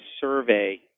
survey